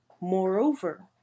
Moreover